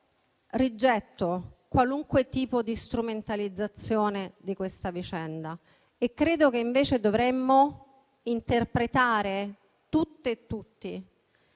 rigetto qualunque tipo di strumentalizzazione di questa vicenda e credo che, invece, dovremmo interpretare, tutte e tutti,